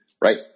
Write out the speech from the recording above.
right